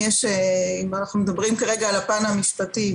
אם אנחנו מדברים על הפן המשפטי,